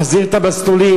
להחזיר את המסלולים.